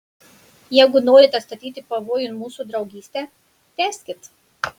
jeigu norite statyti pavojun mūsų draugystę tęskit